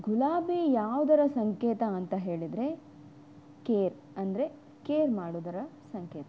ಗುಲಾಬಿ ಯಾವುದರ ಸಂಕೇತ ಅಂತ ಹೇಳಿದರೆ ಕೇರ್ ಅಂದರೆ ಕೇರ್ ಮಾಡುವುದರ ಸಂಕೇತ